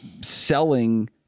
selling